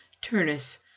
turnus